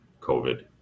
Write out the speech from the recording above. covid